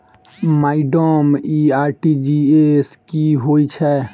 Madam इ RTGS की होइ छैय?